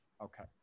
Okay